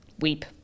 Weep